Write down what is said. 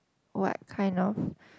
what kind of